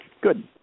Good